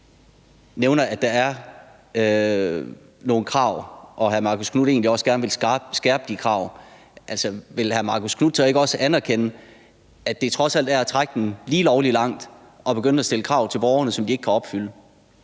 nævner, at der er nogle krav, og at hr. Marcus Knuth egentlig også gerne ville skærpe de krav, vil hr. Marcus Knuth så ikke også anerkende, at det trods alt er at trække den lige lovlig langt at begynde at stille krav til borgerne, som de ikke kan opfylde,